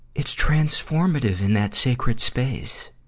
it's transformative in that sacred space,